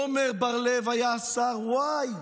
עמר בר לב היה שר, ואי,